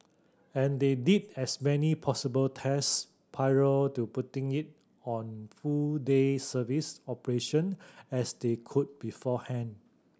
and they did as many possible test prior to putting it on full day service operation as they could beforehand